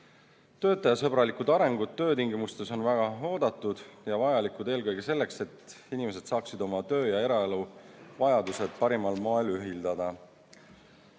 Töötajasõbralikud arengud töötingimustes on väga oodatud ja vajalikud eelkõige selleks, et inimesed saaksid oma töö- ja eraelu vajadused parimal moel ühildada.